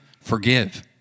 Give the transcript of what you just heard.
Forgive